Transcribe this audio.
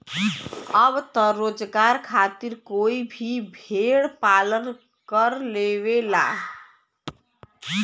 अब त रोजगार खातिर कोई भी भेड़ पालन कर लेवला